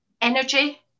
energy